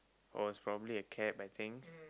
oh is probably a cab I think